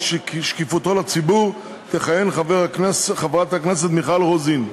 שקיפותו לציבור תכהן חברת הכנסת מיכל רוזין.